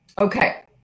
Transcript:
okay